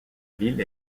ville